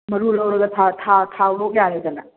ꯃꯔꯨ ꯂꯧꯔꯒ ꯊꯥꯎ ꯂꯣꯛ ꯌꯥꯔꯦꯗꯅ